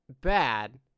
bad